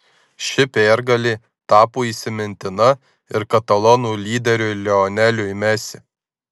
ši pergalė tapo įsimintina ir katalonų lyderiui lioneliui messi